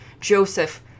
Joseph